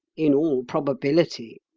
in all probability,